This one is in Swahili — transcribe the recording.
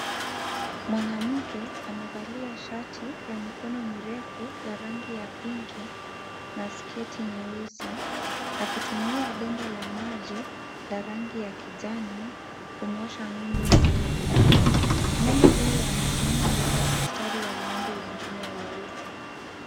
Mwanamke amevalia shati la mikono mirefu ya rangi ya pinki na sketi nyeusi akitumia bomba la maji la rangi ya kijani ,kumwosha ngombe meupe. Ngombe huyu amesimama mistari wa ngombe wengine meupe.